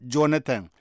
Jonathan